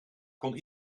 kon